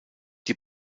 die